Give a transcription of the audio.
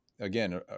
again